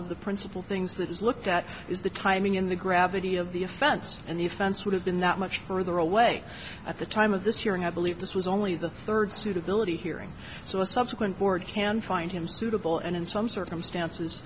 of the principal things that is looked at is the timing in the gravity of the offense and the offense would have been that much further away at the time of this hearing i believe this was only the third suitability hearing so a subsequent board can find him suitable and in some circumstances